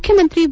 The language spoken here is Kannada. ಮುಖ್ಯಮಂತ್ರಿ ಬಿ